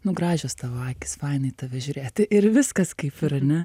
nu gražios tavo akys fanai į tave žiūrėti ir viskas kaip ir ane